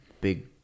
big